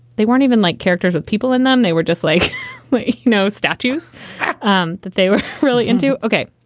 they weren't even like characters with people in them. they were just like no statues um that they were really into. ok,